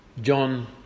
John